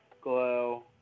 glow